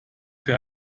für